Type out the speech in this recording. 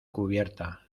cubierta